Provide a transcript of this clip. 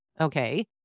Okay